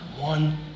one